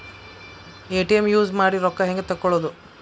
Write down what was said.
ATM use ಮಾಡಿ ರೊಕ್ಕ ಹೆಂಗೆ ತಕ್ಕೊಳೋದು?